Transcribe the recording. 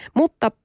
mutta